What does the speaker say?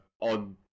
on